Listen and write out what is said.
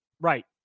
Right